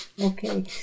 okay